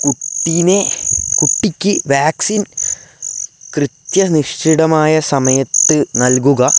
കുട്ടിക്ക് വാക്സിൻ കൃത്യ നിശ്ചിതമായ സമയത്തു നൽകുക